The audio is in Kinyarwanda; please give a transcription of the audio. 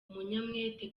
umunyamwete